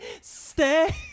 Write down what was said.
Stay